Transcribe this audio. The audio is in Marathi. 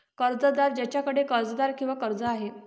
कर्जदार ज्याच्याकडे कर्जदार किंवा कर्ज आहे